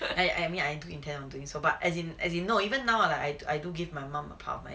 I I mean I do intend on doing so but as in as in know even now I I do give my mum a part of my